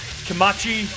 kamachi